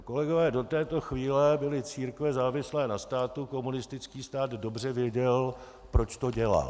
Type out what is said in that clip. Kolegové, do této chvíle byly církve závislé na státu, komunistický stát dobře věděl, proč to dělal.